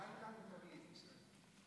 הסביבה נתקבלה.